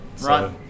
Right